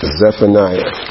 Zephaniah